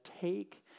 take